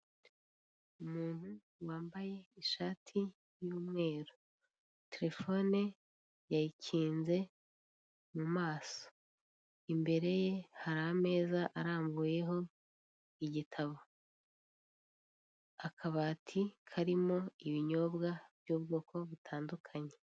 Umuntu wambaye ishati y'umweru, terefone yayikinze mu maso. Imbere ye hari ameza arambuyeho igitabo. Akabati karimo ibinyobwa by'ubwoko butandukanye.